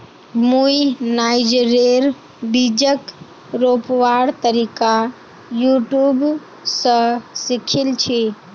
मुई नाइजरेर बीजक रोपवार तरीका यूट्यूब स सीखिल छि